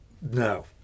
No